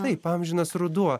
taip amžinas ruduo